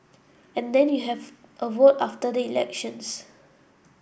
and then you have a vote after the elections